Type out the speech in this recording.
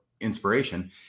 inspiration